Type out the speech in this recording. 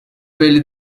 belli